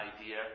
idea